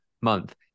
month